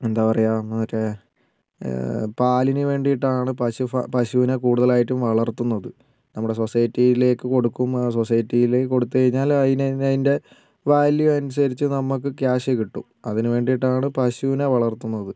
എന്താ പറയുക മറ്റേ പാലിന് വേണ്ടിയിട്ടാണ് പശു പശുവിനെ കൂടുതലായിട്ടും വളർത്തുന്നത് നമ്മുടെ സൊസൈറ്റിയിലേക്ക് കൊടുക്കും ആ സൊസൈറ്റിയിലേക്ക് കൊടുത്തു കഴിഞ്ഞാൽ അതിന് ഇന്ന് അതിൻ്റെ വാല്യു അനുസരിച്ച് നമ്മൾക്ക് ക്യാഷ് കിട്ടും അതിന് വേണ്ടിയിട്ടാണ് പശുവിനെ വളർത്തുന്നത്